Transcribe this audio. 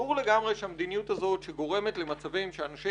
ברור לגמרי שהמדיניות הזאת שגורמת למצבים שאנשים